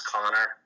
Connor